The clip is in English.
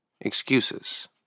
excuses